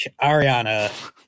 Ariana